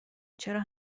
چرا